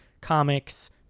comics